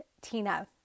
Tina